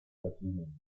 verdienen